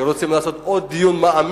כי יש פה שרים שרוצים לעשות עוד דיון מעמיק,